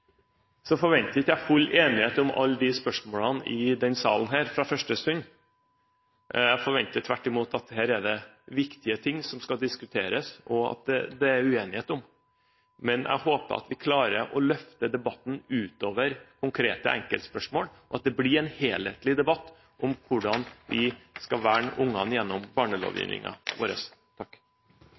Så forventer jeg ikke full enighet om alle disse spørsmålene i denne salen fra første stund. Jeg forventer tvert imot at her er det viktige ting som skal diskuteres, og som det er uenighet om, men jeg håper at vi klarer å løfte debatten utover konkrete enkeltspørsmål, og at det blir en helhetlig debatt om hvordan vi skal verne ungene gjennom